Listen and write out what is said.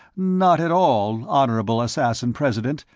not at all, honorable assassin-president,